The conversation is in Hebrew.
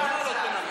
אני לוקח אותו להיות